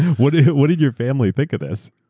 what did what did your family think of this?